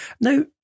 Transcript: Now